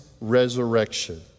resurrection